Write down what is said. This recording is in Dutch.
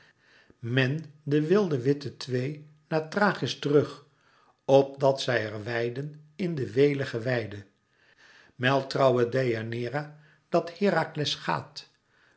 men de wilde witte twee naar thrachis terug opdat zij er weiden in de welige weide meld trouwe deianeira dat herakles gaat